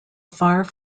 far